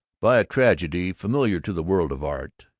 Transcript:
by a tragedy familiar to the world of art,